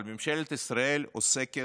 אבל ממשלת ישראל עוסקת,